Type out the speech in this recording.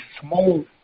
small